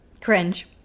Cringe